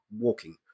walking